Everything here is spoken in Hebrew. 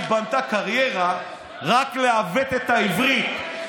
היא בנתה קריירה רק מלעוות את העברית,